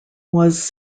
was